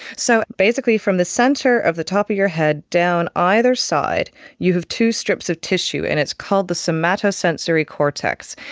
so basically from the centre of the top of your head down either side you have two strips of tissue and it's called the somatosensory cortex.